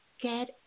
get